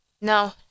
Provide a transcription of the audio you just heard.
no